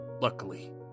Luckily